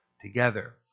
together